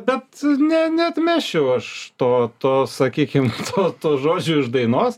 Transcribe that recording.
bet ne neatmesčiau aš to to sakykim to to žodžių iš dainos